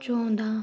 ਚਾਹੁੰਦਾ